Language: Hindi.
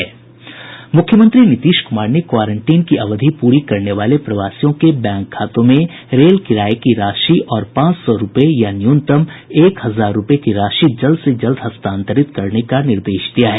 मुख्यमंत्री नीतीश कुमार ने क्वारेंटीन की अवधि पूरी करने वाले प्रवासियों के बैंक खातों में रेल किराये की राशि और पांच सौ रूपये या न्यूनतम एक हजार रूपये की राशि जल्द से जल्द हस्तांतरित करने का निर्देश दिया है